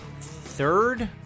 third